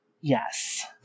Yes